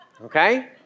okay